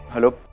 hello,